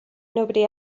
nobody